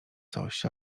coś